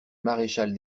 maréchal